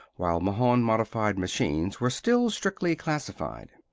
while mahon-modified machines were still strictly classified,